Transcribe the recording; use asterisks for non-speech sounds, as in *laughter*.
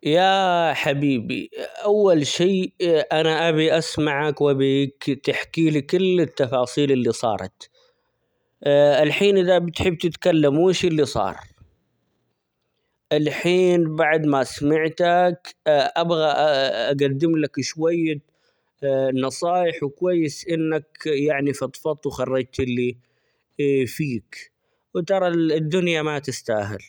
ياا حبيبي أول شيء أنا أبي أسمعك وأبيك تحكي لي كل التفاصيل اللي صارت اه *hesitation* الحين إذا بتحب تتكلم وإيش اللي صار؟ الحين بعد ما سمعتك أبغى *hesitation* أقدم لك شوية *hesitation* نصايح وكويس إنك يعني فضفضت وخرجت اللي *hesitation* فيك وترى الدنيا ما تستاهل.